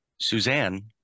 Suzanne